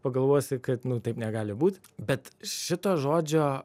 pagalvosi kad taip negali būt bet šito žodžio